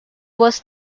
was